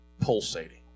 pulsating